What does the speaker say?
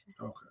Okay